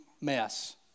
mess